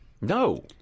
No